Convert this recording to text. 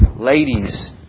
Ladies